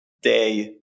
day